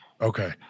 Okay